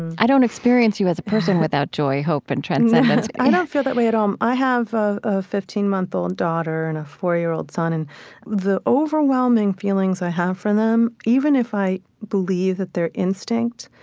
i don't experience you as a person without joy, hope, and transcendence no, i don't feel that way at all. um i have a ah fifteen month old daughter and a four year old son. and the overwhelming feelings i have for them, even if i believe that they're instinct,